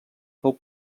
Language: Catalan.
fou